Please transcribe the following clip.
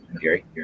Gary